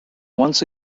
once